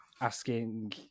asking